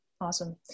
Awesome